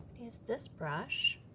use this brush.